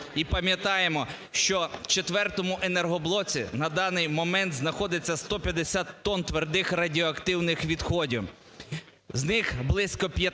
І пам'ятаємо, що в четвертому енергоблоці на даний момент знаходиться 150 тонн твердих радіоактивних відходів, з них близько 15